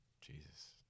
Jesus